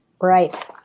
Right